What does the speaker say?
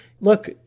look